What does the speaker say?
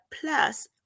plus